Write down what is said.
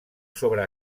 sobre